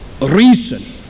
reason